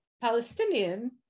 Palestinian